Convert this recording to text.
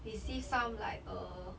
receive some like uh